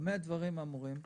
במה דברים אמורים?